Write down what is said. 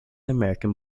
american